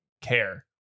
care